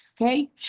Okay